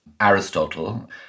Aristotle